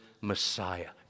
Messiah